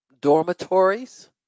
dormitories